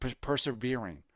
persevering